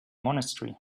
monastery